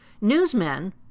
Newsmen